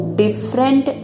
different